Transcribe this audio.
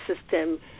system